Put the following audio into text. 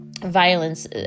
violence